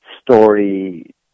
story